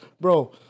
bro